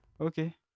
Okay